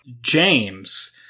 James